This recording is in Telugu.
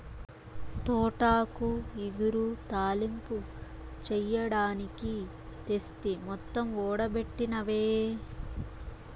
తోటాకు ఇగురు, తాలింపు చెయ్యడానికి తెస్తి మొత్తం ఓడబెట్టినవే